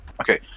Okay